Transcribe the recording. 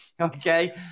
okay